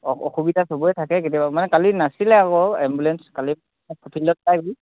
অসুবিধা চবেই থাকে কেতিয়াবা মানে কালি নাছিলে আকৌ এম্বুলেঞ্চ কালি ফিল্ডত